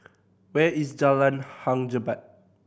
where is Jalan Hang Jebat